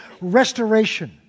restoration